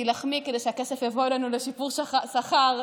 תילחמי כדי שהכסף יבוא אלינו לשיפור שכר,